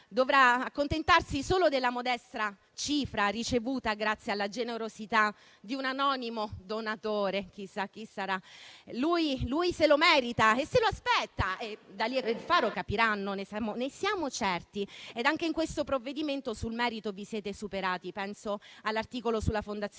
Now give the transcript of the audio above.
dovrà accontentarsi solo della modesta cifra ricevuta grazie alla generosità di un anonimo donatore (chissà chi sarà). Lui se lo merita e se lo aspetta, lo capiranno, ne siamo certi. Anche nel provvedimento in esame sul merito vi siete superati. Penso all'articolo sulla Fondazione